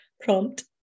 prompt